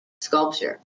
sculpture